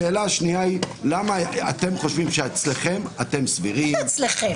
השאלה השנייה היא למה אתם חושבים שאצלכם אתם סבירים --- מה זה אצלכם?